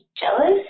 jealous